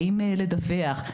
האם לדווח,